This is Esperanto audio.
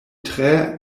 tre